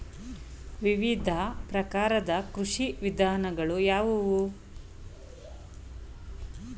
ವಿವಿಧ ಪ್ರಕಾರದ ಕೃಷಿ ವಿಧಾನಗಳು ಯಾವುವು?